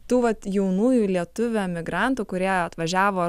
tu vat jaunųjų lietuvių emigrantų kurie atvažiavo